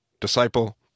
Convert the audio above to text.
disciple